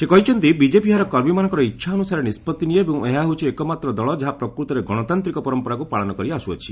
ସେ କହିଛନ୍ତି ବିଜେପି ଏହାର କର୍ମୀମାନଙ୍କର ଇଚ୍ଛା ଅନୁସାରେ ନିଷ୍କ୍ତି ନିଏ ଏବଂ ଏହା ହେଉଛି ଏକମାତ୍ର ଦଳ ଯାହା ପ୍ରକୃତରେ ଗଣତାନ୍ତିକ ପରମ୍ପରାକୁ ପାଳନ କରିଆସୁଅଛି